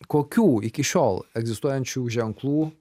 kokių iki šiol egzistuojančių ženklų